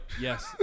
Yes